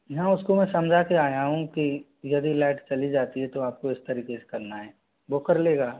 यहाँ उसको मैं समझा के आया हूँ कि यदि लाइट चली जाती है तो आपको इस तरीके से करना है वो कर लेगा